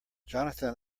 johnathan